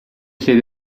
sede